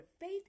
faith